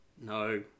No